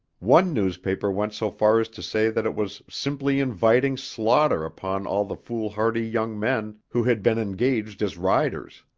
one newspaper went so far as to say that it was simply inviting slaughter upon all the foolhardy young men who had been engaged as riders.